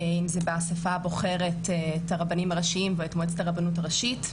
אם זה באספה הבוחרת את הרבנים הראשיים ואת מועצת הרבנות הראשית,